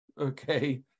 okay